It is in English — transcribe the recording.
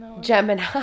Gemini